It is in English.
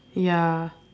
ya